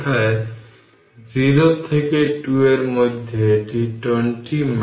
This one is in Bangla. তাই vk infinity ছিল 0 শুধুমাত্র vk t0 এখানে রাখা হয়েছে